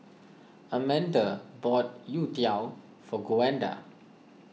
Amanda bought Youtiao for Gwenda